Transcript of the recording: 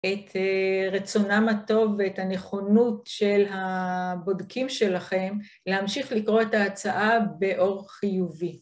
את רצונם הטוב ואת הנכונות של הבודקים שלכם להמשיך לקרוא את ההצעה באור חיובי.